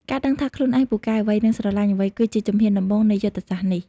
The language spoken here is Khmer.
ការដឹងថាខ្លួនឯងពូកែអ្វី និងស្រលាញ់អ្វី គឺជាជំហានដំបូងនៃយុទ្ធសាស្ត្រនេះ។